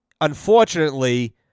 unfortunately